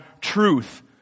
truth